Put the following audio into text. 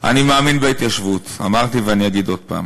מאמין בהתיישבות, אמרתי ואני אגיד עוד פעם,